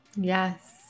Yes